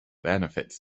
benefits